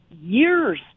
years